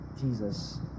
Jesus